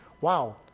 wow